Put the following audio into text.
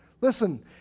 Listen